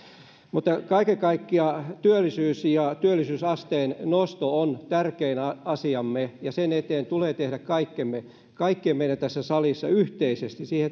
kaiken kaikkiaan työllisyys ja työllisyysasteen nosto on tärkein asiamme ja sen eteen tulee tehdä kaikkemme kaikkien meidän tässä salissa yhteisesti siihen